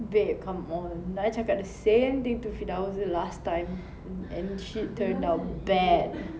babe come on I cakap the same thing to firdaus last time and she turned out bad